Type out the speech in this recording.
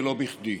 ולא בכדי.